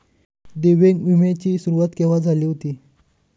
दिव्यांग विम्या ची सुरुवात केव्हा झाली होती?